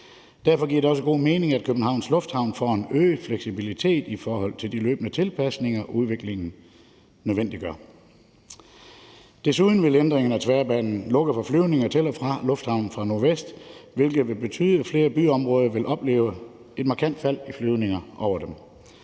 Derfor giver det også god mening, at Københavns Lufthavn får en øget fleksibilitet i forhold til de løbende tilpasninger, udviklingen nødvendiggør. Desuden vil ændringen af tværbanen lukke for flyvninger til og fra lufthavnen fra nordvest, hvilket vil betyde, at flere byområder vil opleve et markant fald i flyvninger over dem.